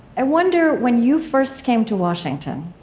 i wonder, when you first came to washington,